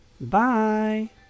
Bye